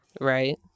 Right